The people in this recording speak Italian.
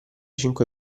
cinque